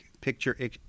picture